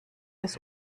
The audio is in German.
des